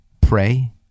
pray